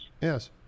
Yes